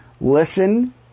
Listen